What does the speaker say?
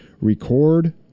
record